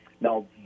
Now